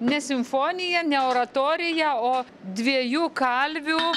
ne simfoniją ne oratoriją o dviejų kalvių